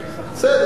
בסדר.